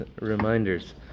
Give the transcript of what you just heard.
reminders